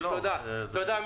תודה.